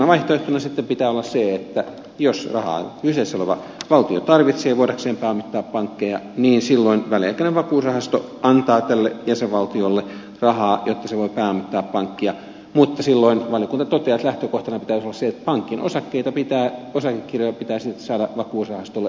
viimeisenä vaihtoehtona sitten pitää olla se että jos rahaa kyseessä oleva valtio tarvitsee voidakseen pääomittaa pankkeja niin silloin väliaikainen vakuusrahasto antaa tälle jäsenvaltiolle rahaa jotta se voi pääomittaa pankkia mutta valiokunta toteaa että silloin lähtökohtana pitäisi olla se että pankin osakekirjoja pitää silti saada vakuusrahastolle vastineeksi